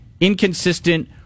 inconsistent